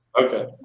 okay